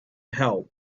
help